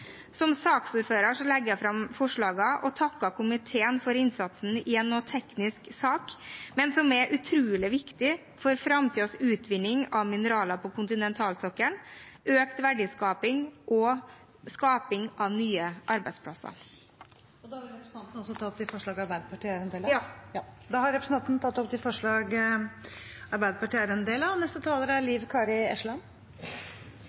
Som saksordfører legger jeg fram forslagene og takker komiteen for innsatsen i en sak som er noe teknisk, men utrolig viktig for framtidens utvinning av mineraler på kontinentalsokkelen, økt verdiskaping og skaping av nye arbeidsplasser. Representanten Else-May Botten har tatt opp de forslagene Arbeiderpartiet er en del av. Me er i dag i ferd med å skriva eit lite stykke historie. Handsaminga av Prop. 106 L for 2017–2018 kan vera starten på eit nytt industrieventyr som me berre har